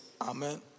Amen